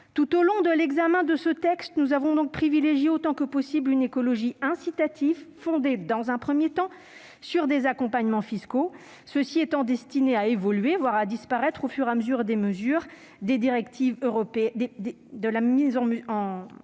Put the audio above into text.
Tout au long de l'examen de ce texte, nous avons donc privilégié autant que possible une écologie incitative, fondée dans un premier temps sur des accompagnements fiscaux, ceux-ci étant destinés à évoluer, voire à disparaître au fur et à mesure de la mise en oeuvre des directives européennes convergentes